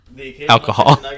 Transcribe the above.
alcohol